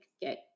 get